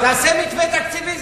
תעשה מתווה תקציבי,